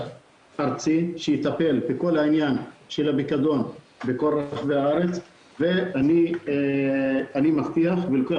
ארצי שיטפל בכל העניין של הפיקדון בכל רחבי הארץ ואני מבטיח לוקח